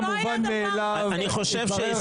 לא היה דבר כזה.